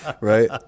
Right